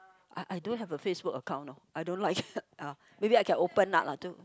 I I don't have a Facebook account orh I don't like maybe I can open lah